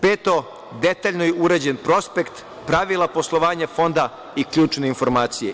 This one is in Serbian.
Peto, detaljno je uređen prospekt, pravila poslovanja fonda i ključne informacije.